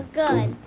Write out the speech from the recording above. good